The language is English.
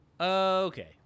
okay